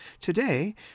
Today